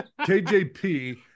KJP